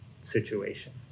situation